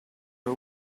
are